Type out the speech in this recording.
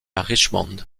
richmond